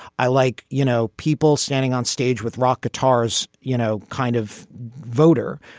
i like, you know, people standing onstage with rock guitars, you know, kind of voter,